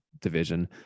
division